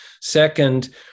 Second